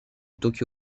tokyo